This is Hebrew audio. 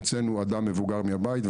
הוצאנו אדם מבוגר מהבית,